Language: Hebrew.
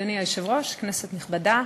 אדוני היושב-ראש, כנסת נכבדה,